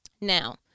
Now